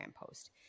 post